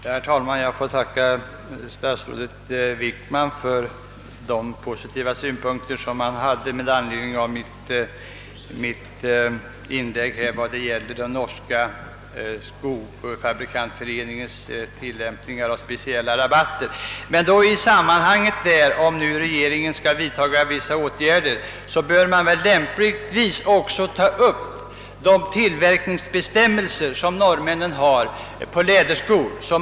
Herr talman! Jag tackar statsrådet Wickman för de positiva synpunkter han framförde med anledning av mitt inlägg vad gäller den norska skofabrikantföreningens tillämpning av speciella rabatter. Men om regeringen skall vidtaga åtgärder härvidlag bör lämpligen också de tillverkningsbestämmelser, som norrmännen har för läderskor, beaktas.